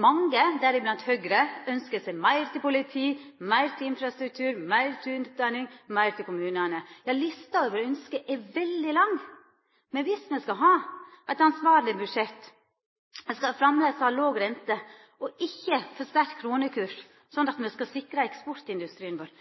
Mange, deriblant Høgre, ønskjer seg meir til politi, meir til infrastruktur, meir til utdanning og meir til kommunane. Lista over ønske er veldig lang. Men dersom me skal ha eit ansvarleg budsjett, skal me framleis ha låg rente og ikkje for sterk kronekurs, slik at me sikrar eksportindustrien vår,